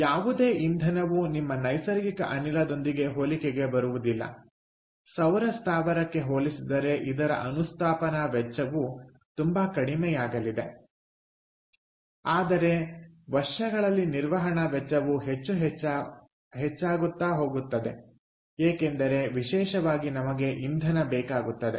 ಯಾವುದೇ ಇಂಧನವು ನಿಮ್ಮ ನೈಸರ್ಗಿಕ ಅನಿಲದೊಂದಿಗೆ ಹೋಲಿಕೆಗೆ ಬರುವುದಿಲ್ಲ ಸೌರ ಸ್ಥಾವರಕ್ಕೆ ಹೋಲಿಸಿದರೆ ಇದರ ಅನುಸ್ಥಾಪನಾ ವೆಚ್ಚವು ತುಂಬಾ ಕಡಿಮೆಯಾಗಲಿದೆ ಆದರೆ ವರ್ಷಗಳಲ್ಲಿ ನಿರ್ವಹಣಾ ವೆಚ್ಚವು ಹೆಚ್ಚು ಹೆಚ್ಚಾಗುತ್ತಾ ಹೋಗುತ್ತದೆ ಏಕೆಂದರೆ ವಿಶೇಷವಾಗಿ ನಮಗೆ ಇಂಧನ ಬೇಕಾಗುತ್ತದೆ